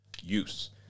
use